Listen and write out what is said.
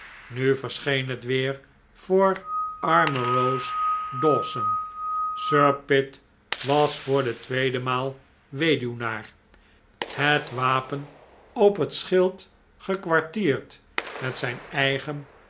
nu verscheen het weer voor arme rose dawson sir pitt was voor de tweede maal weduwnaar het wapen op het schild gekwartierd met zijn eigen